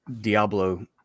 diablo